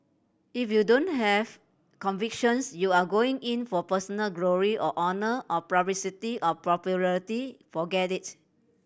if you don't have convictions you are going in for personal glory or honour or publicity or popularity forget it